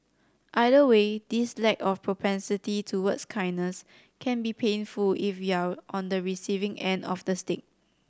either way this lack of propensity towards kindness can be painful if you're on the receiving end of the stick